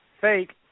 fake